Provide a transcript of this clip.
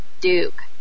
Duke